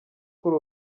kuri